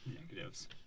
negatives